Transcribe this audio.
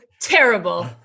terrible